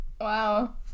Wow